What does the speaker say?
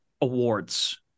awards